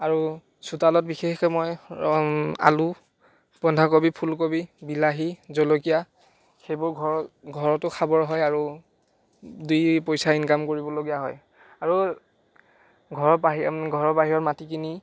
আৰু চোতালত বিশেষকৈ মই আলু বন্ধাকবি ফুলকবি বিলাহী জলকীয়া সেইবোৰ ঘৰত ঘৰতো খাবৰ হয় আৰু দুই পইচা ইনকাম কৰিবলগীয়া হয় আৰু ঘৰৰ বাহিৰ ঘৰৰ বাহিৰত মাটি কিনি